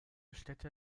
städte